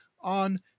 on